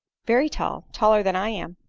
very tall, taller than i am.